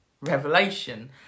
Revelation